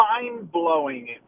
mind-blowing